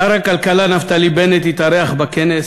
שר הכלכלה נפתלי בנט התארח בכנס